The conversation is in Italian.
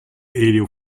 elio